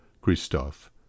Christophe